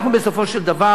אנחנו, בסופו של דבר,